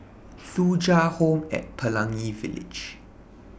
Thuja Home At Pelangi Village